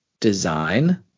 design